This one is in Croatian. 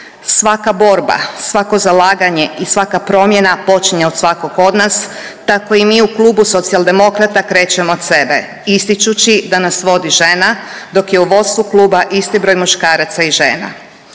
Svaka borba, svako zalaganje i svaka promjena počinje od svakog od nas tako i mi u klubu Socijaldemokrata krećemo od sebe ističući da nas vodi žena dok je u vodstvu kluba isti broj muškaraca i žena.